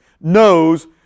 knows